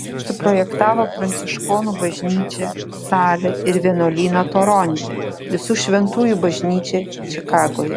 suprojektavo pranciškonų bažnyčią salę ir vienuolyną toronte visų šventųjų bažnyčią čikagoje